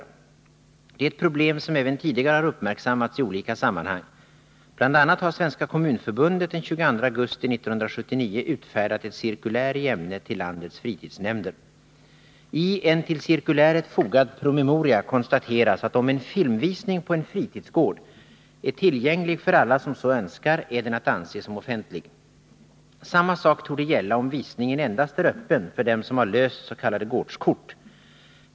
Det är ett problem som även tidigare har uppmärksammats i olika sammanhang. Bl. a. har Svenska kommunförbundet den 22 augusti 1979 utfärdat ett cirkulär i ämnet till landets fritidsnämnder. I en till cirkuläret fogad promemoria konstateras, att om en filmvisning på en fritidsgård är tillgänglig för alla som så önskar, är den att anse som offentlig. Samma sak torde gälla om visningen endast är öppen för dem som harlösts.k. gårdskort.